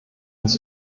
uns